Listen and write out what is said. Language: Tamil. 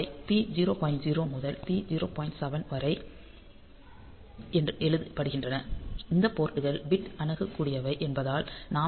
7 வரை என் எழுதப்படுகின்றன இந்த போர்ட்கள் பிட் அணுகக்கூடியவை என்பதால் நாம் அதை P0